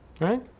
right